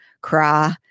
cry